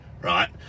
right